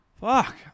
Fuck